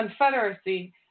Confederacy